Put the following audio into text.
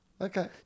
Okay